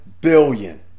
billion